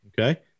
Okay